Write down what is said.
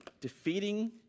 defeating